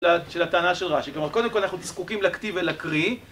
של הטענה של רש"י, כלומר קודם כל אנחנו זקוקים לכתיב ולקריא.